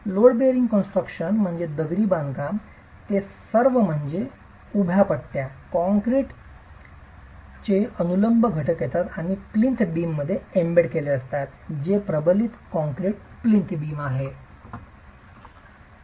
load bearing construction म्हणजे दगडी बांधकाम ते सर्व म्हणजे म्हणजे उभ्या पट्ट्या प्रबलित कंक्रीटचे अनुलंब घटक येतात आणि प्लिंथ बीममध्ये एम्बेड केलेले असतात जे प्रबलित कंक्रीट प्लिंथ बीम आहे